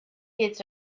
gets